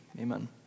Amen